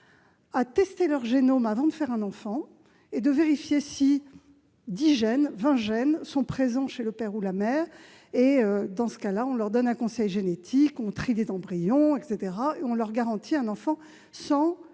à tester leurs génomes avant de faire un enfant et à vérifier si dix gènes ou vingt gènes sont présents chez le père ou la mère. Dans ce cas, on leur donne un conseil génétique, on trie les embryons et on leur garantit un enfant sans